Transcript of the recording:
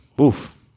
oof